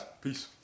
Peace